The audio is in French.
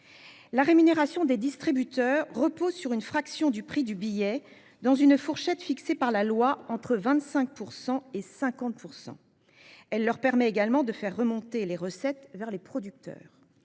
La rémunération des distributeurs repose sur une fraction du prix du billet dans une fourchette fixée par la loi entre 25% et 50%. Elle leur permet également de faire remonter les recettes vers les producteurs.